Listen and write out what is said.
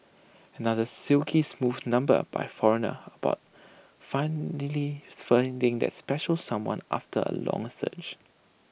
another silky smooth number by foreigner about finally finding that special someone after A long search